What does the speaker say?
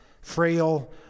Frail